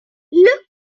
look